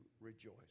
rejoice